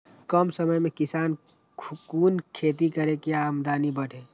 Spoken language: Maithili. कम समय में किसान कुन खैती करै की आमदनी बढ़े?